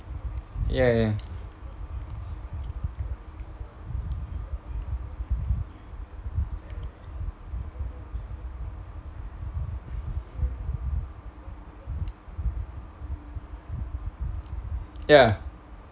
ya ya ya